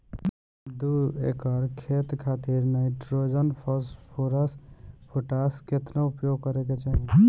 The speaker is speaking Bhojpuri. दू एकड़ खेत खातिर नाइट्रोजन फास्फोरस पोटाश केतना उपयोग करे के चाहीं?